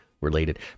related